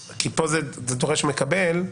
פה זה דורש ומקבל.